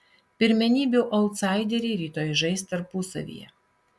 pirmenybių autsaideriai rytoj žais tarpusavyje